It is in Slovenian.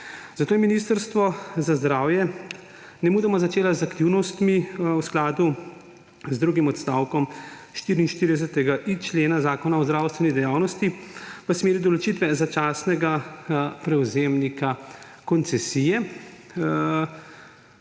Zato je Ministrstvo za zdravje nemudoma začelo z aktivnostmi v skladu z drugim odstavkom 44.i člena Zakona o zdravstveni dejavnosti v smeri določitve začasnega prevzemnika koncesije.